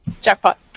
jackpot